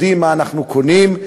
יודעים מה אנחנו קונים.